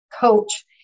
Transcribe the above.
coach